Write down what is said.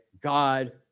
God